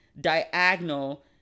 diagonal